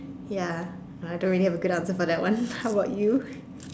ya I don't really have a good object for that one how about you